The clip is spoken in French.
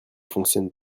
fonctionne